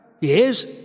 Yes